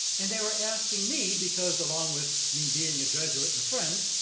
and they were asking me because along with me being a jesuit and a friend,